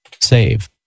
Save